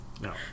No